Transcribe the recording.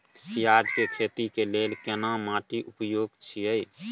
पियाज के खेती के लेल केना माटी उपयुक्त छियै?